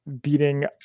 beating